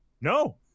No